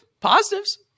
Positives